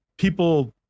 people